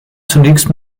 zunächst